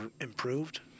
improved